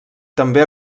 també